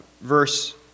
Verse